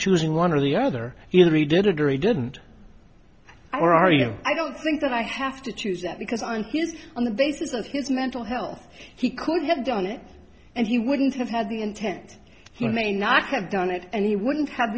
choosing one or the other you know we did it or it didn't are you i don't think that i have to choose that because i'm on the basis of his mental health he could have done it and he wouldn't have had the intent he may not have done it and he wouldn't have